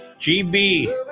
GB